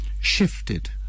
shifted